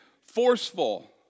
forceful